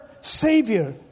Savior